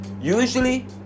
Usually